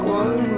one